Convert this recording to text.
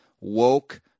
woke